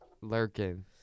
lurking